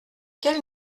quel